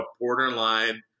borderline